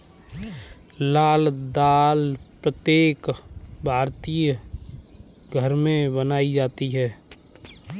लाल दाल प्रत्येक भारतीय घर में बनाई जाती है